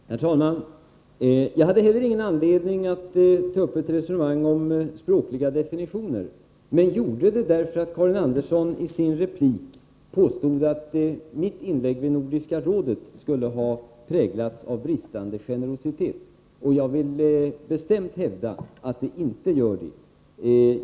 Herr talman! Jag hade egentligen inte heller någon anledning att ta upp ett resonemang om språkliga definitioner men gjorde det därför att Karin Andersson i sin replik påstod att mitt inlägg vid Nordiska rådet skulle ha präglats av bristande generositet. Jag vill bestämt hävda att det inte var så.